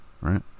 right